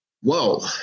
Whoa